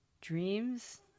dreams